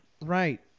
Right